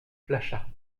flachat